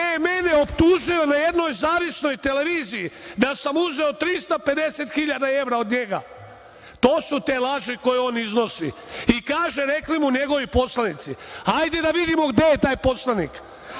je mene optužio na jednoj zavisnoj televiziji da sam uzeo 350.000 evra od njega. To su te laži koje on iznosi. I, kaže rekli mu njegovi poslanici. Hajde da vidimo gde je taj poslanik. On